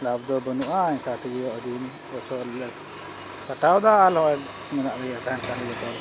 ᱞᱟᱵᱷ ᱫᱚ ᱵᱟᱹᱱᱩᱜᱼᱟ ᱚᱱᱠᱟ ᱛᱮᱜᱮ ᱟᱹᱰᱤ ᱵᱚᱪᱷᱚᱨ ᱞᱮ ᱠᱟᱴᱟᱣᱫᱟ ᱟᱨ ᱞᱚᱦᱚᱭ ᱢᱮᱱᱟᱜ ᱞᱮᱭᱟ ᱛᱟᱦᱮᱱ ᱠᱷᱟᱡ ᱫᱚ